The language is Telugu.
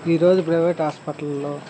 ఈరోజు ప్రైవేట్ హాస్పిటల్లో